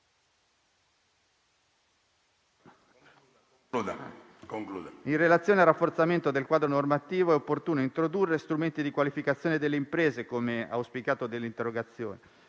In relazione al rafforzamento del quadro normativo è opportuno introdurre strumenti di qualificazione delle imprese, come auspicato dall'interrogante.